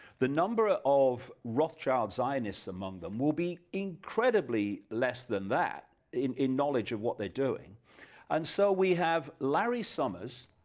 the number of rothschild zionists among them, would be incredibly less than that, in in knowledge of what they are doing and so we have larry summers